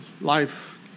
life